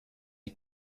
die